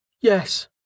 Yes